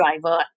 driver